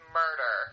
murder